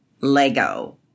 Lego